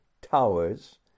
towers